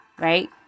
Right